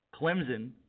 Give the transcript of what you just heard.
Clemson